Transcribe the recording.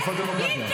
איזה תלונות שווא?